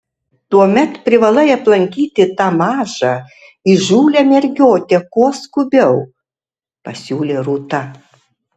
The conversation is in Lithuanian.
tuomet privalai aplankyti tą mažą įžūlią mergiotę kuo skubiau pasiūlė rūta